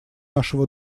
нашего